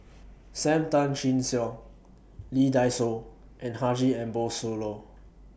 SAM Tan Chin Siong Lee Dai Soh and Haji Ambo Sooloh